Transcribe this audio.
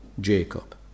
Jacob